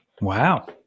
Wow